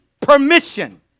Permission